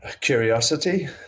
curiosity